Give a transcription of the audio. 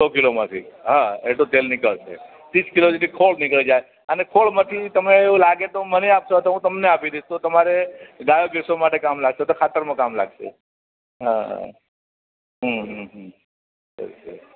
કિલોમાંથી હા એટલું તેલ નીકાળશે તીસ કિલો જેટલી ખોળ નીકળી જાય અને ખોળમાંથી તમે એવું લાગે તો મને આપશો તો હું તમને આપી દઈશ તો તમારે ગાયો ભેંસો માટે કામ લાગશે કે ખાતરમાં કામ લાગશે હા હા હં હં હં યસ યસ